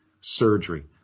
surgery